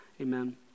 amen